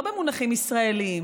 לא במונחים ישראליים,